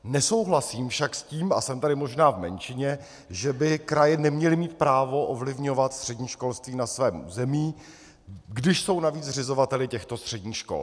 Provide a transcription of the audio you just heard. Nesouhlasím však s tím, a jsem tady možná v menšině, že by kraje neměly mít právo ovlivňovat střední školství na svém území, když jsou navíc zřizovateli těchto středních škol.